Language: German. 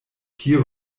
hier